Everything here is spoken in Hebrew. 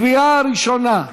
לקריאה ראשונה.